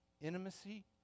intimacy